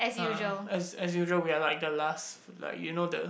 !huh! as as usual we are like the last like you know the